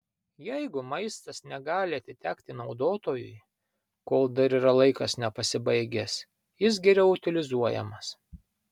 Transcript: jeigu maistas negali atitekti naudotojui kol dar yra laikas nepasibaigęs jis geriau utilizuojamas